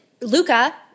Luca